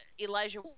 Elijah